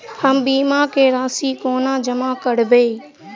हम बीमा केँ राशि कोना जमा करबै?